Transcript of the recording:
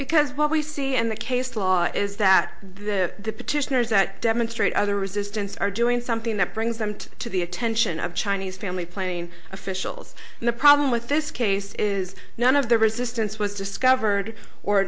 because what we see and the case law is that the petitioners that demonstrate other resistance are doing something that brings them to the attention of chinese family plane officials and the problem with this case is none of the resistance was discovered or